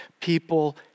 People